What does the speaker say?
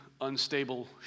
unstable